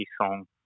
song